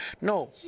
No